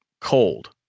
cold